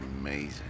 amazing